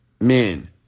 Men